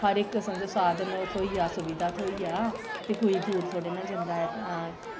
हर इक समझो साधन थ्होई जा सुविधा थ्होई जा ते कोई दूर थोह्ड़े ना जंदा ऐ